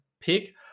pick